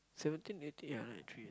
seventeen eighteen ya three